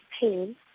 pain